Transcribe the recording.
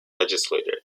legislator